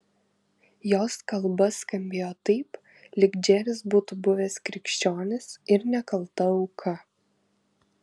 jos kalba skambėjo taip lyg džeris būtų buvęs krikščionis ir nekalta auka